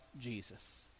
Jesus